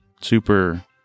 Super